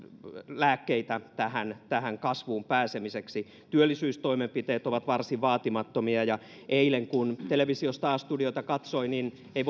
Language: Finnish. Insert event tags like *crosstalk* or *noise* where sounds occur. lääkkeitä tähän tähän kasvuun pääsemiseksi työllisyystoimenpiteet ovat varsin vaatimattomia ja eilen kun televisiosta a studiota katsoi niin ei *unintelligible*